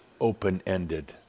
open-ended